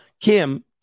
Kim